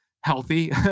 healthy